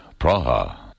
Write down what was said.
Praha